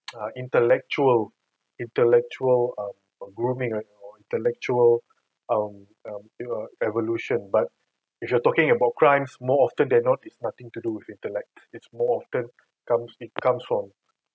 a intellectual intellectual um grooming intellectual um evolution but if you are talking about crimes more often than not it's nothing to do with intellect it's more often comes it comes from